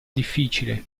difficile